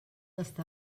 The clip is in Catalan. està